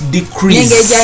decrease